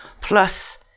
Plus